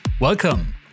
welcome